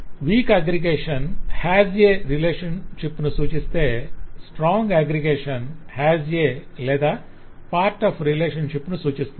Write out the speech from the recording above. week aggregation 'HAS' relationship ను సూచిస్తే strong aggregation 'HAS A' లేదా 'part of' రిలేషన్షిప్ ను సూచిస్తుంది